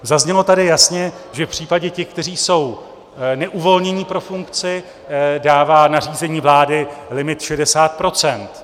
Zaznělo tady jasně, že v případě těch, kteří jsou neuvolněni pro funkci, dává nařízení vlády limit 60 %.